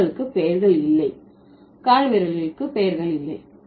விரல்களுக்கு பெயர்கள் இல்லை கால்விரல்களுக்கு பெயர்கள் இல்லை